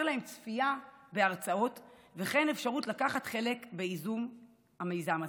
להם צפייה בהרצאות וכן אפשרות לקחת חלק בייזום המיזם הזה.